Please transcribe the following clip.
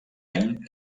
any